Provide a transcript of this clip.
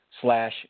slash